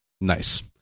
nice